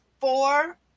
four